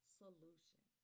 solution